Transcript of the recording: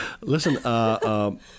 Listen